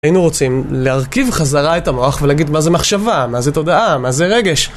היינו רוצים להרכיב חזרה את המוח ולהגיד מה זה מחשבה, מה זה תודעה, מה זה רגש.